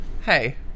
Hey